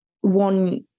one